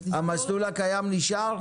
המסלול הקיים נשאר?